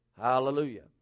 Hallelujah